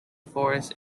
forests